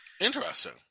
Interesting